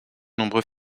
nombreux